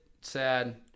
sad